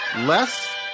less